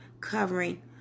covering